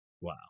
Wow